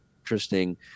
Interesting